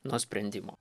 nuo sprendimo